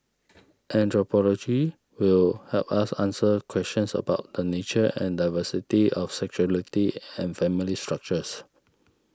anthropology will help us answer questions about the nature and diversity of sexuality and family structures